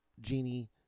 genie